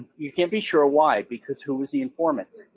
you can't be sure ah why, because who is the informant?